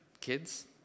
kids